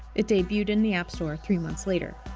it debuted in the app store three months later.